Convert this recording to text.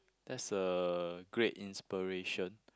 that's a great inspiration